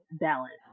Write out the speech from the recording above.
balance